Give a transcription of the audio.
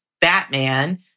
Batman